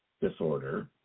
disorder